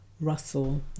Russell